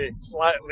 slightly